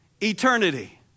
eternity